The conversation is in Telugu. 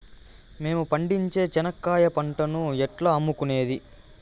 మేము పండించే చెనక్కాయ పంటను ఎట్లా అమ్ముకునేది?